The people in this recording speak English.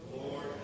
Lord